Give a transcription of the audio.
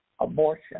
abortion